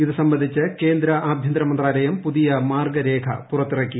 ഇതു സംബന്ധിച്ച് കേന്ദ്ര ആഭ്യന്തര മന്ത്രാലയം പുതിയ മാർഗ്ഗരേഖ പുറത്തിറക്കി